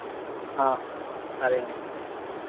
हाँ करेंगे